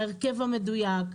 ההרכב המדויק,